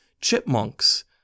chipmunks